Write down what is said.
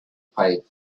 pipe